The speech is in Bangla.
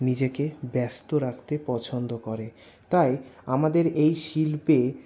নিজেকে ব্যস্ত রাখতে পছন্দ করে তাই আমাদের এই শিল্পে